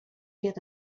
get